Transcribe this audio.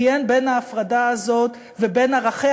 כי אין בין ההפרדה הזאת ובין ערכיה